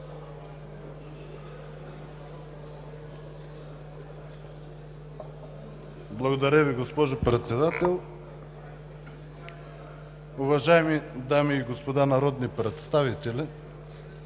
Уважаема госпожо Председател, уважаеми дами и господа народни представители!